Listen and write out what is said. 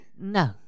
No